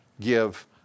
give